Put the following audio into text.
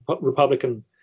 Republican